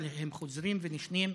אבל הם חוזרים ונשנים,